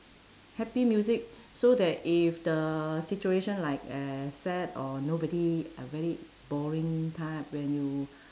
happy music so that if the situation like as sad or nobody a very boring type when you